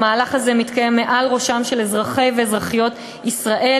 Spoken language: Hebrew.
המהלך הזה מתקיים מעל ראשם של אזרחי ואזרחיות ישראל,